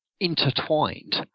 intertwined